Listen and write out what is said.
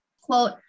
quote